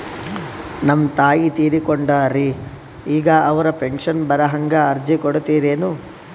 ನಮ್ ತಾಯಿ ತೀರಕೊಂಡಾರ್ರಿ ಈಗ ಅವ್ರ ಪೆಂಶನ್ ಬರಹಂಗ ಅರ್ಜಿ ಕೊಡತೀರೆನು?